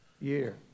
year